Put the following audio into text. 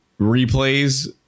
replays